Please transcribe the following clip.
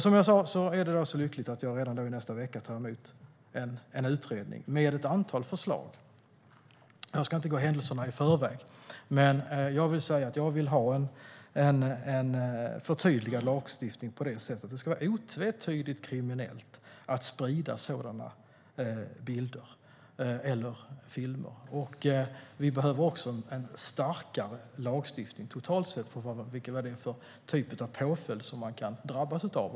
Som jag sa är det så lyckligt att jag redan i nästa vecka tar emot en utredning med ett antal förslag. Jag ska inte gå händelserna i förväg, men jag vill säga att jag vill ha en förtydligad lagstiftning på det sättet. Det ska vara otvetydigt kriminellt att sprida sådana bilder eller filmer. Vi behöver också en starkare lagstiftning totalt sett vad gäller vilka påföljder förövaren kan drabbas av.